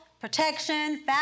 protection